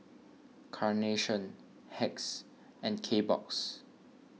Carnation Hacks and Kbox